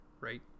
right